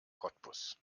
cottbus